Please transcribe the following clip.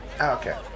okay